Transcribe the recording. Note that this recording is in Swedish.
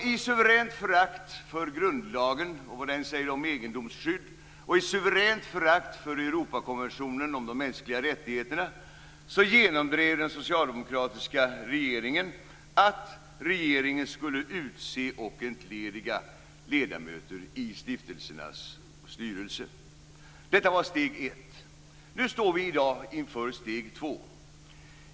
I suveränt förakt för grundlagen och för vad den säger om egendomsskydd och i suveränt förakt för Europakonventionen om de mänskliga rättigheterna genomdrev den socialdemokratiska regeringen att regeringen skulle utse och entlediga ledamöter i stiftelsernas styrelser. Detta var steg ett. I dag står vi inför steg två.